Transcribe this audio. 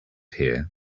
here